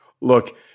Look